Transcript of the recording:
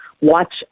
watch